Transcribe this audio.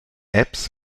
apps